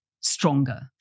stronger